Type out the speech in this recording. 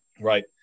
right